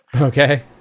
Okay